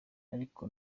ariko